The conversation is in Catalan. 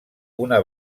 una